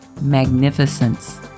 magnificence